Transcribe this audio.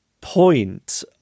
point